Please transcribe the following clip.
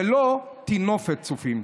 ולא טינופת צופים,